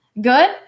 Good